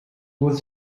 with